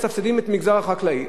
מסבסדים את המגזר החקלאי.